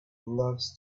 loves